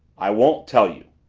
i won't tell you.